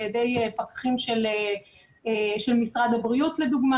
לידי פקחים של משרד הבריאות למשל.